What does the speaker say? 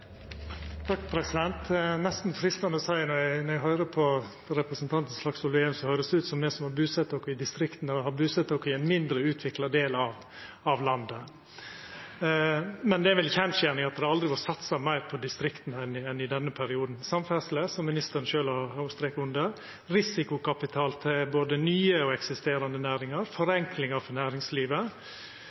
nesten freistande å seia at når eg høyrer på representanten Slagsvold Vedum, høyrest det ut som om me som har busett oss i distrikta, har busett oss i ein mindre utvikla del av landet. Men det er vel ei kjensgjerning at det aldri har vore satsa meir på distrikta enn i denne perioden: samferdsle, som ministeren sjølv har streka under, risikokapital til både nye og eksisterande næringar, forenklingar for næringslivet,